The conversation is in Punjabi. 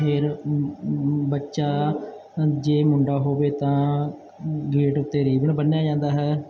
ਫਿਰ ਬੱਚਾ ਜੇ ਮੁੰਡਾ ਹੋਵੇ ਤਾਂ ਗੇਟ ਉੱਤੇ ਰੀਬਨ ਬੰਨ੍ਹਿਆ ਜਾਂਦਾ ਹੈ